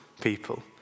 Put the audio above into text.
people